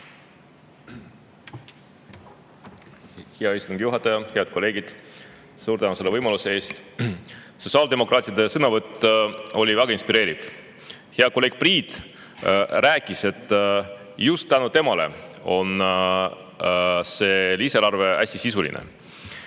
Hea istungi juhataja! Head kolleegid! Suur tänu selle võimaluse eest! Sotsiaaldemokraatide sõnavõtt oli väga inspireeriv. Hea kolleeg Priit rääkis, et just tänu temale on see lisaeelarve hästi sisuline.